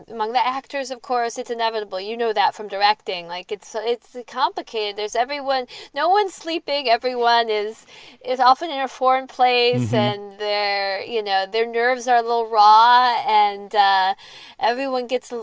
among the actors, of course, it's inevitable, you know, that from directing like so it's complicated. there's everyone no one's sleeping. everyone is is often air foreign plays. and there, you know, their nerves are a little raw and ah everyone gets,